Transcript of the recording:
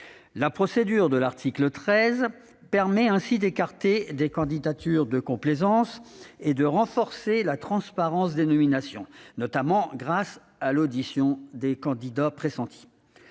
La procédure de l'article 13 de la Constitution permet ainsi d'écarter des candidatures de complaisance et de renforcer la transparence des nominations, notamment grâce à l'audition des candidats pressentis.